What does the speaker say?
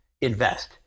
invest